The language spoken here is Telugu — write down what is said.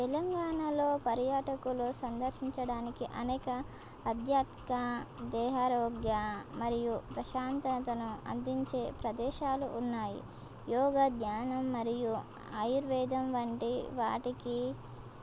తెలంగాణలో పర్యాటకులు సందర్శించడానికి అనేక అధ్యాత్మిక దేహారోగ్య మరియు ప్రశాంతతను అందించే ప్రదేశాలు ఉన్నాయి యోగ ధ్యానం మరియు ఆయుర్వేదం వంటి వాటికి